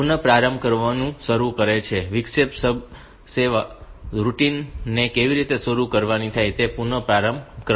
તે વિક્ષેપ સેવા રૂટિન ને કેવી રીતે શરૂ કરી શકાય છે તે પુનઃપ્રારંભ ક્રમ છે